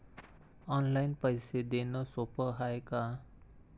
Online पैसे देण सोप हाय का?